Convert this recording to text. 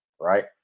Right